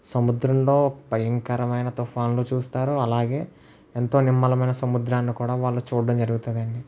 సముద్రంలో భయంకరమైన తుఫానులు చూస్తారు అలాగే ఎంతో నిర్మలమైనా సముద్రాన్ని కూడా వాళ్ళు చూడ్డం జరుగుతుందండి